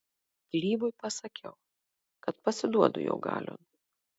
klybui pasakiau kad pasiduodu jo galion